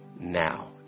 Now